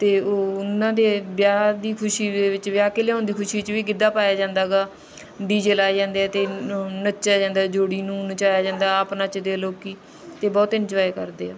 ਅਤੇ ਉਹ ਉਹਨਾਂ ਦੇ ਵਿਆਹ ਦੀ ਖੁਸ਼ੀ ਦੇ ਵਿੱਚ ਵਿਆਹ ਕੇ ਲਿਆਉਣ ਦੀ ਖੁਸ਼ੀ 'ਚ ਵੀ ਗਿੱਧਾ ਪਾਇਆ ਜਾਂਦਾ ਗਾ ਡੀ ਜੇ ਲਾਏ ਜਾਂਦੇ ਆ ਅਤੇ ਨੱਚਿਆ ਜਾਂਦਾ ਜੋੜੀ ਨੂੰ ਨਚਾਇਆ ਜਾਂਦਾ ਆਪ ਨੱਚਦੇ ਲੋਕ ਅਤੇ ਬਹੁਤ ਇੰਜੋਏ ਕਰਦੇ ਆ